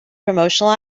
promotional